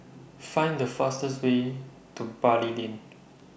Find The fastest Way to Bali Lane